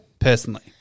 Personally